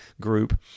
group